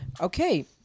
Okay